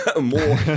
more